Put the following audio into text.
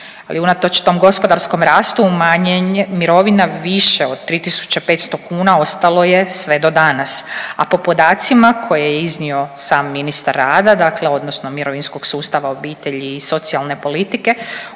unatoč tom gospodarskom rastu umanjenje mirovina više od 3500 kuna ostalo je sve do danas, a po podacima koje je iznio sam ministar rada, dakle odnosno mirovinskog sustava, obitelji i socijalne politike